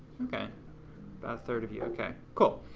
okay, about a third of you, okay, cool.